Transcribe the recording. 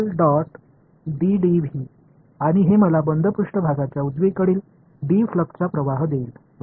तर आणि हे मला बंद पृष्ठभागाच्या उजवीकडील डी फ्लक्सचा प्रवाह देईल बरोबर